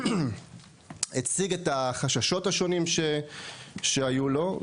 הציג את החששות השונים שהיו לו,